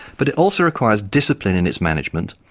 but it also requires discipline in its management,